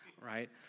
right